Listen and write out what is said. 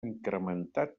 incrementat